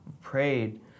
prayed